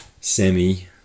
semi